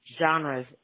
-genres